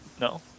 No